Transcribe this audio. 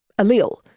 allele